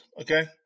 Okay